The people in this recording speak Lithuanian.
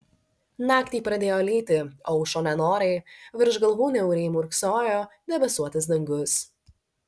naktį pradėjo lyti aušo nenoriai virš galvų niauriai murksojo debesuotas dangus